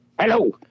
Hello